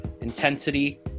intensity